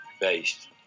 based